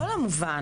בכל מובן.